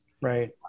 Right